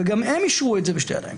וגם הם אישרו את זה בשתי ידיים.